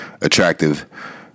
attractive